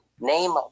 Name